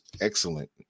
excellent